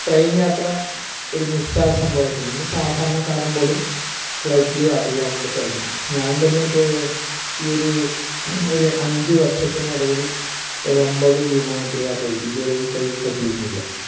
train യാത്ര ഒരു നിസ്സാര സംഭവമായിട്ടുണ്ട് ഇന്ന് സാധാരണക്കാരൻ പോലും ഫ്ലൈറ്റില് യാത്ര ചെയ്യാൻ വേണ്ടി തുടങ്ങിയിട്ടുണ്ട് ഞാൻ തന്നെ ഇപ്പോൾ ഈ ഒരു ഒരു അഞ്ച് വർഷത്തിനിടയിൽ ഒരു ഒൻപത് വിമാനത്തിൽ യാത്ര ചെയ്തു ഇതുവരെ എനിക്ക് അത് പറ്റിയിരുന്നില്ല